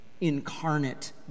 incarnate